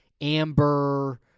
amber